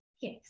yes